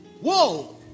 Whoa